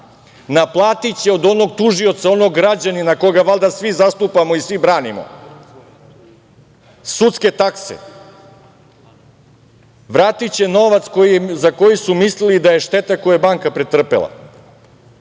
Naplatiće od onog tužioca, onog građanina koga valjda svi zastupamo i svi branimo, sudske takse. Vratiće novac za koji su mislili da je šteta koju je banka pretrpela